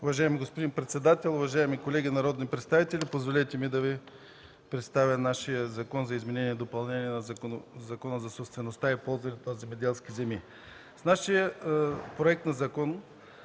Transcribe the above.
Уважаеми господин председател, уважаеми колеги народни представители, позволете ми да Ви представя нашия Законопроект за изменение и допълнение на Закона за собствеността и ползването на земеделските земи. В нашия проект на закон